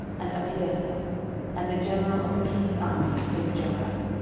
and abiathar and the general of the king's army was joab.